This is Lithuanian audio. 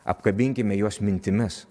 apkabinkime juos mintimis